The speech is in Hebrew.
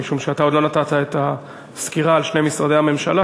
משום שאתה עוד לא נתת את הסקירה על שני משרדי הממשלה,